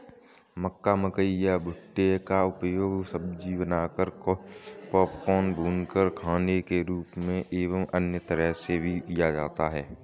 मक्का, मकई या भुट्टे का उपयोग सब्जी बनाकर, पॉपकॉर्न, भूनकर खाने के रूप में एवं अन्य तरह से भी किया जाता है